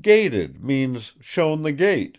gated means shown the gate